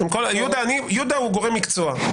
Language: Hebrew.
יהודה הוא גורם מקצוע.